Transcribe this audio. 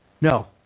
No